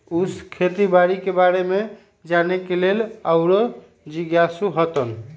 उ खेती बाड़ी के बारे में जाने के लेल आउरो जिज्ञासु हतन